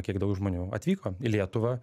kiek daug žmonių atvyko į lietuvą